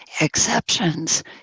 exceptions